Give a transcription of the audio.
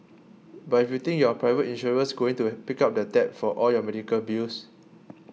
but if you think your private insurer's going to pick up the tab for all your medical bills